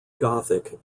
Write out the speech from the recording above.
gothic